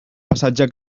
passatge